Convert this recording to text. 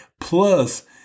Plus